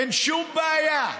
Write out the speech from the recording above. אין שום בעיה,